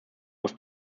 muss